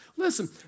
Listen